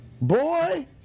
boy